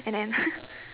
and then